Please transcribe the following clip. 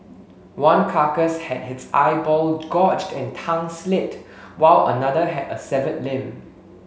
one carcass had its eyeball gorged and tongue slit while another had a severed limb